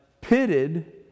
pitted